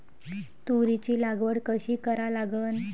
तुरीची लागवड कशी करा लागन?